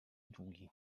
długi